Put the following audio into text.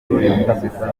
iminota